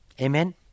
Amen